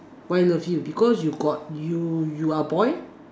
why love you because you got you you are boy